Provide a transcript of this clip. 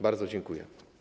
Bardzo dziękuję.